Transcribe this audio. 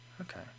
okay